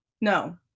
No